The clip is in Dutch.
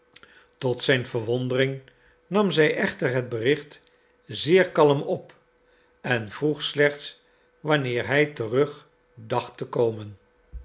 tot zijn verwondering nam zij echter het bericht zeer kalm op en vroeg slechts wanneer hij terug dacht te komen